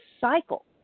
cycle